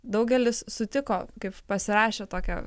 daugelis sutiko kaip pasirašė tokią